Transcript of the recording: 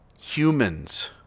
humans